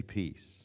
peace